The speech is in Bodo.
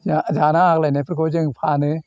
जा जाना आग्लायनायफोरखौ जों फानो